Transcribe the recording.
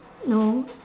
no